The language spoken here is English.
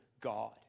God